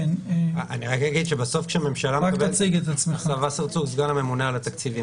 אני סגן הממונה על התקציבים.